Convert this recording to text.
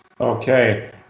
Okay